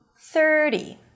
thirty